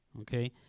Okay